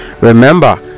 Remember